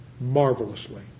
marvelously